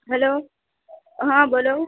hello હાં બોલો